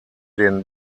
den